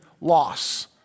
loss